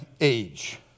age